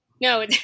no